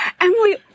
Emily